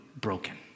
broken